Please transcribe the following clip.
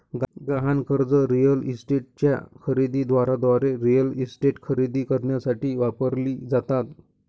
गहाण कर्जे रिअल इस्टेटच्या खरेदी दाराद्वारे रिअल इस्टेट खरेदी करण्यासाठी वापरली जातात